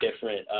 different